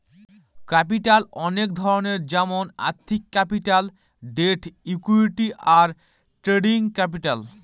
capital অনেক ধরনের যেমন আর্থিক ক্যাপিটাল, ডেট, ইকুইটি, আর ট্রেডিং ক্যাপিটাল